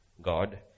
God